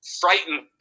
frightened